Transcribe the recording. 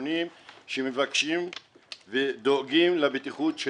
הראשונים שמבקשים ודואגים לבטיחות של